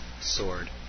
sword